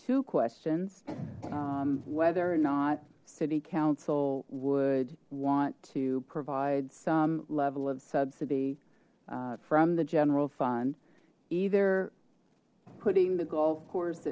two questions whether or not city council would want to provide some level of subsidy from the general fund either putting the golf course